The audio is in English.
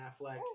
Affleck